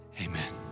Amen